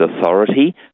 authority